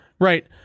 right